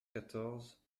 quatorze